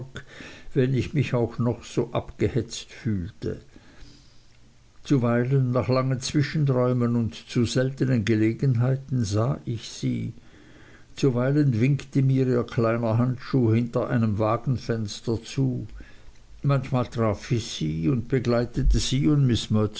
wenn ich mich auch noch so abgehetzt fühlte zuweilen nach langen zwischenräumen und zu seltnen gelegenheiten sah ich sie zuweilen winkte mir ihr kleiner handschuh hinter einem wagenfenster zu manchmal traf ich sie und begleitete sie und